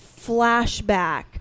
flashback